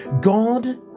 God